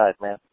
man